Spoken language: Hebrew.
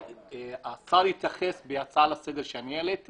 והשר התייחס בהצעה לסדר שאני העליתי